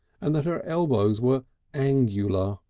and that her elbows were angular.